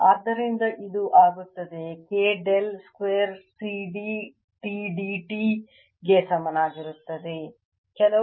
ಆದ್ದರಿಂದ ಇದು ಆಗುತ್ತದೆ K del square C d T d t ಗೆ ಸಮಾನವಾಗಿರುತ್ತದೆ